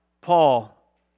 Paul